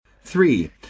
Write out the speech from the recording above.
Three